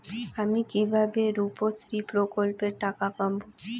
আমি কিভাবে রুপশ্রী প্রকল্পের টাকা পাবো?